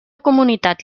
comunitat